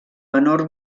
menor